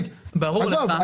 עזוב,